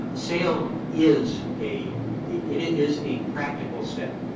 sale is a it is a practical step.